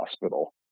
hospital